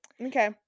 Okay